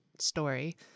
Story